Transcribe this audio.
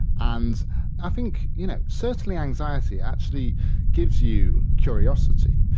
and i think you know certainly anxiety actually gives you curiosity.